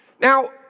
Now